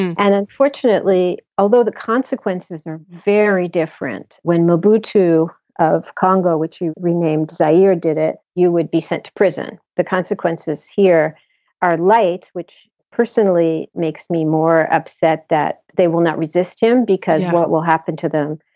and unfortunately although the consequences are very different, when mobutu of congo, which you renamed zaire, did it, you would be sent to prison. the consequences here are light, which personally makes me more upset that they will not resist him because what will happen to them?